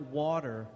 water